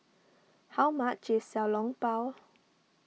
how much is Xiao Long Bao